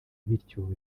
bityo